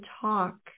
talk